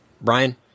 Brian